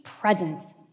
presence